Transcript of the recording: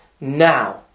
now